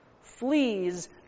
Fleas